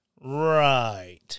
Right